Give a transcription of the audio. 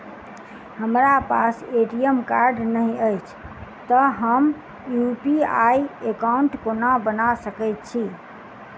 हमरा पास ATM card नहि अछि तए हम यु.पी.आई एकॉउन्ट कोना बना सकैत छी